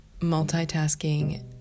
multitasking